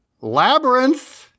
Labyrinth